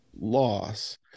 loss